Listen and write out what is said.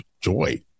joy